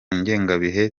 ngengabihe